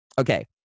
Okay